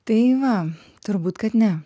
tai va turbūt kad ne